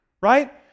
Right